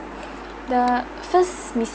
the first